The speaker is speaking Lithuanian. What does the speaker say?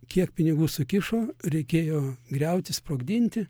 kiek pinigų sukišo reikėjo griauti sprogdinti